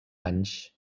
anys